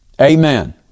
Amen